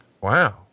Wow